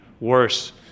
worse